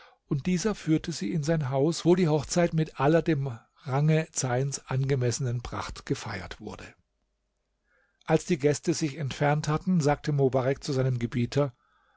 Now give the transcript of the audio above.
und dieser führte sie in sein haus wo die hochzeit mit aller dem range zeyns angemessenen pracht gefeiert wurde als die gäste sich entfernt hatten sagte mobarek zu seinem gebieter